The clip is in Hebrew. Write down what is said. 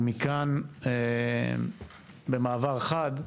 ומכאן למעבר חד,